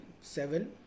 seven